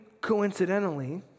coincidentally